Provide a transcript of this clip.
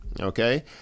okay